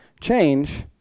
change